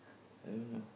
I don't know